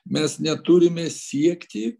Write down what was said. mes neturime siekti